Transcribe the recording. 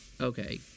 okay